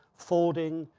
folding,